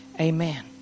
Amen